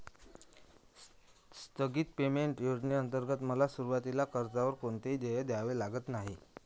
स्थगित पेमेंट योजनेंतर्गत मला सुरुवातीला कर्जावर कोणतेही देय द्यावे लागले नाही